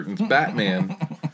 Batman